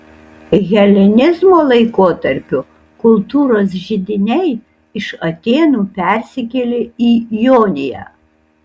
helenizmo laikotarpiu kultūros židiniai iš atėnų persikėlė į joniją